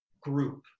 group